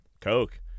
Coke